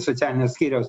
socialinio skyriaus